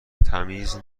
تمیز